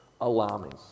alarming